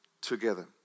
together